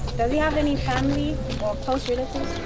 does he have any family or close relatives?